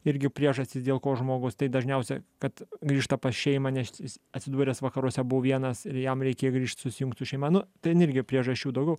irgi priežastis dėl ko žmogus tai dažniausiai kad grįžta pas šeimą nes jis atsidūręs vakaruose buvo vienas ir jam reikėjo grįžt susijungt su šeima ten irgi priežasčių daugiau